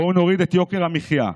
בואו נוריד את יוקר המחיה,